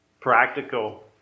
practical